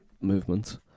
movement